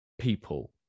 people